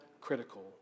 critical